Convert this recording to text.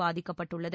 பாதிக்கப்பட்டுள்ளது